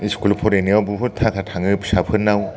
school फरायनायाव बहुत थाखा थाङो फिसाफोरनाव